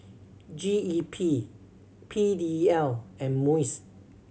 G E P P D L and MUIS